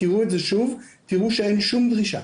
תקראו את זה שוב, תראו שאין שום דרישה.